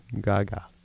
gaga